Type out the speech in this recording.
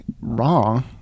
wrong